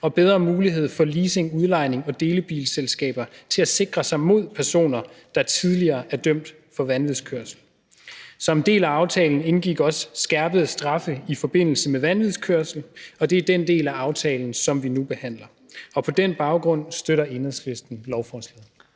og bedre muligheder for leasing-, udlejnings- og delebilselskaber til at sikre sig mod personer, der tidligere er dømt for vanvidskørsel. Som en del af aftalen indgik også skærpede straffe i forbindelse med vanvidskørsel, og det er den del af aftalen, som vi nu behandler. Og på den baggrund støtter Enhedslisten lovforslaget.